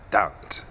doubt